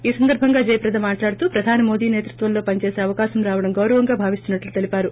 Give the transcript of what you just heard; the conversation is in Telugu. ఈ సందర్భంగా జయప్రద మాట్లాడుతూ ప్రధాని మోదీ నేతృత్వంలో పనిచేసి లవకాశం రావడం గౌరవంగా భావిస్తున్నట్లు తెలిపారు